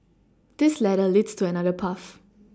this ladder leads to another path